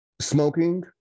smoking